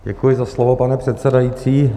Děkuji za slovo, pane předsedající.